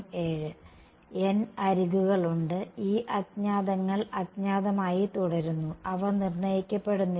n അരികുകൾ ഉണ്ട് ആ അജ്ഞാതങ്ങൾ അജ്ഞാതമായി തുടരുന്നു അവ നിർണ്ണയിക്കപ്പെടുന്നില്ല